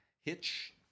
Hitch